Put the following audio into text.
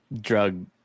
drug